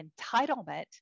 entitlement